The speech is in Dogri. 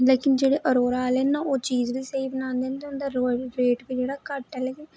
लेकिन जेह्ड़े अरोड़ा आह्ले ना ओह् चीज बी स्हेई बनांदे न ते उं'दा रो रेट बी जेह्ड़ा ऐ घट्ट ऐ लेकिन